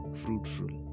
fruitful